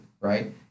right